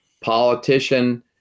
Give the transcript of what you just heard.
politician